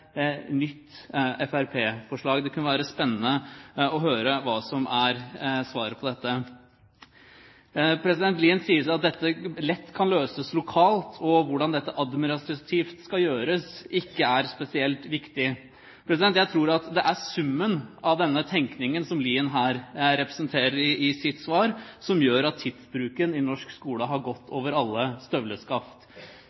nytt fremskrittspartiforslag? Det kunne være spennende å høre hva som er svaret på dette. Lien sier at dette lett kan løses lokalt, og at hvordan dette administrativt skal gjøres, ikke er spesielt viktig. Jeg tror at det er summen av den tenkningen som Lien her representerer i sitt svar, som gjør at tidsbruken i norsk skole har gått